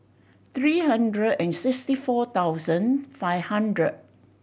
three hundred and sixty four thousand five hundred